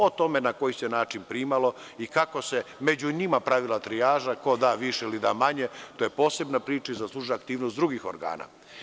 O tome na koji se način primalo i kako se među njima pravila trijaža, ko da više ili da manje, to je posebna priča i zaslužuje aktivnost drugih organa.